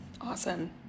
Awesome